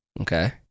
Okay